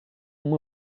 uma